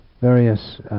various